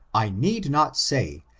i need not say,